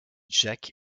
jack